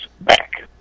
back